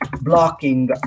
blocking